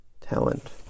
talent